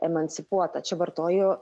emancipuota čia vartoju